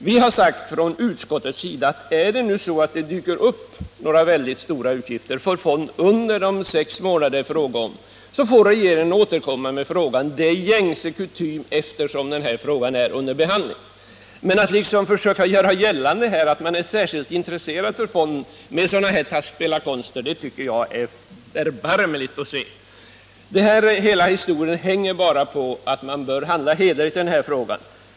Vi har från utskottets sida sagt: Om det dyker upp några mycket stora utgifter för fonden under de sex månader det rör sig om, då får regeringen återkomma till riksdagen. Det är gängse kutym eftersom frågan är under behandling. Men man försöker här liksom göra gällande att man är särskilt intresserad av fonden. Sådana taskspelarkonster tycker jag är erbarmliga att se. Hela historien hänger på att man bör handla hederligt i den här frågan.